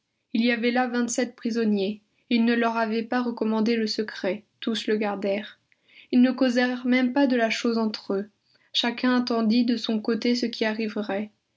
il y avait là vingt-sept prisonniers il ne leur avait pas recommandé le secret tous le gardèrent ils ne causèrent même pas de la chose entre eux chacun attendit de son côté ce qui arriverait